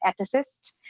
ethicist